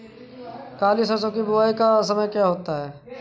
काली सरसो की बुवाई का समय क्या होता है?